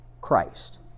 Christ